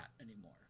anymore